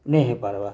ନାଇଁ ହେଇପାର୍ବା